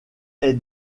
est